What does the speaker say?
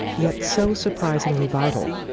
yet so surprisingly vital,